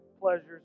pleasures